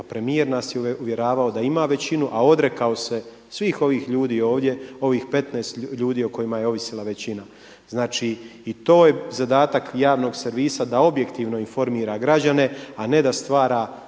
Pa premijer nas je uvjeravao da ima većinu a odrekao se svih ovih ljudi ovdje, ovih 15 ljudi o kojima je ovisila većina. Znači i to je zadatak javnog servisa da objektivno informira građane a ne da stvara